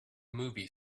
movie